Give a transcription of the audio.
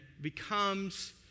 becomes